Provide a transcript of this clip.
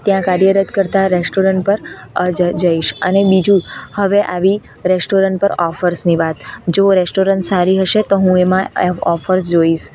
ત્યાં કાર્યરત કરતાં રેસ્ટોરન્ટ પર જઈશ અને બીજું હવે આવી રેસ્ટોરન્ટ પર ઓફર્સની વાત જો રેસ્ટોરન્ટ સારી હશે તો હું એમાં ઓફર્સ જોઈશ